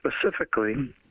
specifically